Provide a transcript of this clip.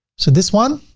so this one,